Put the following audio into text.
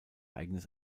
eigenes